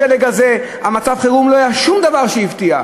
השלג הזה, מצב החירום, לא היה בזה שום דבר שהפתיע.